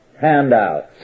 handouts